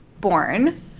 born